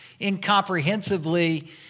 incomprehensibly